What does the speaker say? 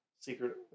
secret